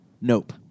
Nope